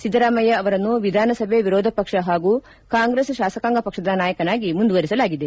ಸಿದ್ದರಾಮಯ್ಯ ಅವರನ್ನು ವಿಧಾನಸಭೆ ವಿರೋಧ ಪಕ್ಷ ಹಾಗೂ ಕಾಂಗ್ರೆಸ್ ಶಾಸಕಾಂಗ ಪಕ್ಷದ ನಾಯಕನಾಗಿ ಮುಂದುವರೆಸಲಾಗಿದೆ